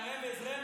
למדנו, רגע, רמז?